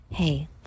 Hey